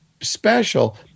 special